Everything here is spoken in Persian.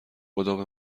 خدابه